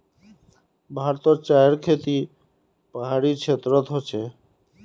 भारतोत चायर खेती पहाड़ी क्षेत्रोत होचे